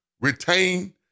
retain